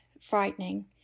frightening